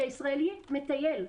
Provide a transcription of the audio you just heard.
כי הישראלי מטייל,